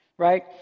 Right